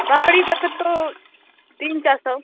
बकरी का कतो तीन चार सौ